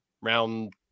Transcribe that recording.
round